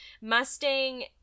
Mustang